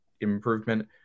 improvement